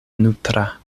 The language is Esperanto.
nutra